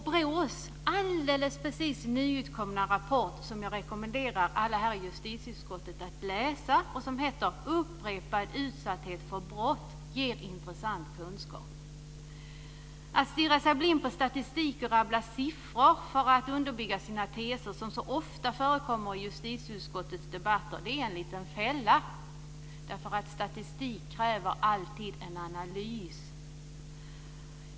BRÅ:s alldeles nyutkomna rapport, som jag rekommenderar alla i justitieutskottet att läsa och som heter Upprepad utsatthet för brott, ger intressant kunskap. Att stirra sig blind på statistik och rabbla siffror för att underbygga sina teser, som så ofta förekommer i justitieutskottets debatter, är en liten fälla. Statistik kräver alltid en analys.